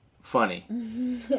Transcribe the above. funny